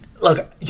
look